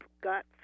got